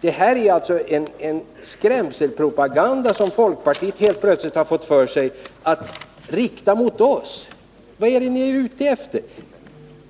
Det är en skrämselpropaganda som folkpartiet helt plötsligt har fått för sig att rikta mot oss. Vad är ni ute efter?